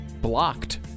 blocked